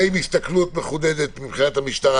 עם הסתכלות מחודדת מבחינת המשטרה.